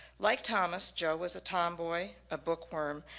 like thomas, jo was a tomboy, a bookworm,